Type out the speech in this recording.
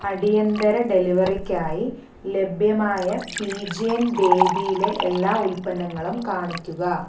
അടിയന്തര ഡെലിവെറിക്കായി ലഭ്യമായ പീജിയൻ ബേബീയിലെ എല്ലാ ഉൽപ്പന്നങ്ങളും കാണിക്കുക